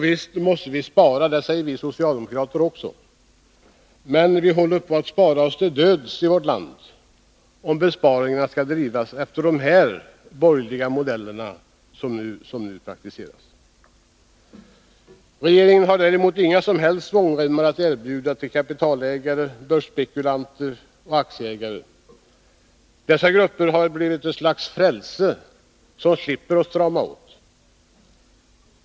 Visst måste vi spara — det säger vi socialdemokrater också — men nu håller vi på att spara oss till döds i vårt land, om besparingarna skall drivas efter de borgerliga modeller som praktiseras. Regeringen har däremot inga svångremmar att erbjuda till kapitalägare, börsspekulanter och aktieägare. Dessa grupper har blivit ett slags frälse som slipper åtstramningar.